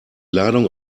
ladung